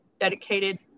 dedicated